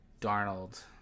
darnold